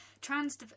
trans